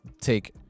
take